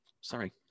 sorry